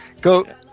Go